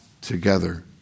together